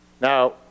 Now